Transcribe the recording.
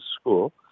school